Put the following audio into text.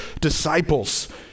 disciples